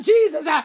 Jesus